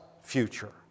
future